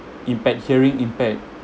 impaired hearing impaired